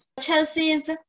Chelsea's